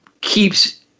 keeps